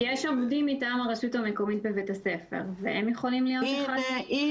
יש עובדים מטעם הרשות המקומית בבית הספר והם יכולים להיות אחראים.